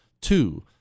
Two